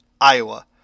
Iowa